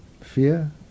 fear